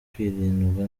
kwirindwa